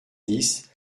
dix